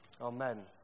Amen